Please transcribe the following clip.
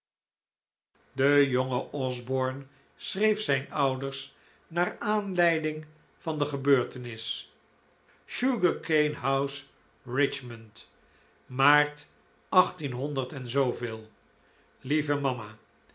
de jonge osborne schreef zijn ouders naar aanleiding van de gebeurtenis sugarcane house richmond maart achttienhonderd en zooveel lieve mama